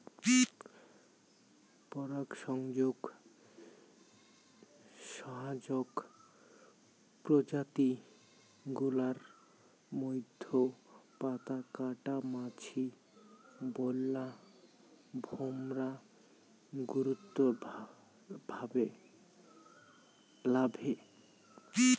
পরাগসংযোগ সহায়ক প্রজাতি গুলার মইধ্যে পাতাকাটা মাছি, বোল্লা, ভোমরা গুরুত্ব ভালে